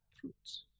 fruits